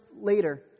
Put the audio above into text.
later